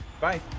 Bye